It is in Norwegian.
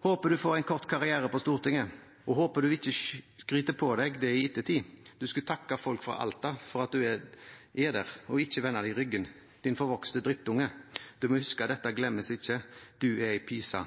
Håper du får en kort karriere på Stortinget, og håper du ikke skryter på deg det i ettertid. Du skulle takke folk fra Alta for at du er der, og ikke vende dem ryggen. Din forvokste drittunge. Du må huske dette glemmes ikke. Du er en pyse.